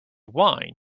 wine